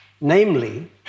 Namely